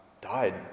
died